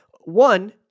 One